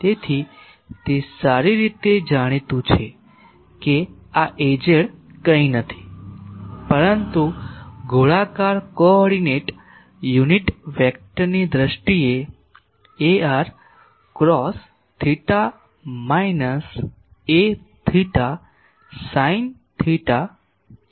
તેથી તે સારી રીતે જાણીતું છે કે આ Az કંઈ નથી પરંતુ ગોળાકાર કો ઓર્ડિનેટ યુનિટ વેક્ટરની દ્રષ્ટિએ ar cos theta minus aθ sine theta છે